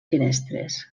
finestres